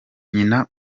nyina